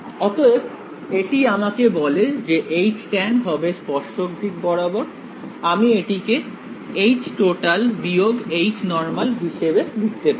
অতএব এটি আমাকে বলে যে tan হবে স্পর্শক দিক বরাবর আমি এটিকে total normal হিসেবে লিখতে পারি